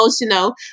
emotional